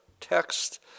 text